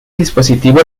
dispositivo